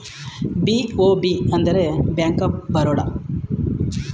BOB ಅಂದರೆ bank of Baroda